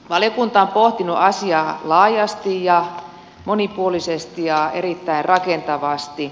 valiokunta on pohtinut asiaa laajasti ja monipuolisesti ja erittäin rakentavasti